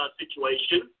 situation